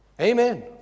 Amen